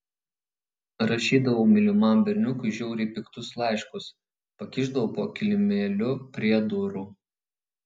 rašydavau mylimam berniukui žiauriai piktus laiškus pakišdavau po kilimėliu prie durų